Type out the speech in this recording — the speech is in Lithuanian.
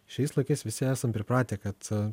šiais laikais visi esam pripratę kad